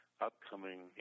upcoming